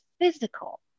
physical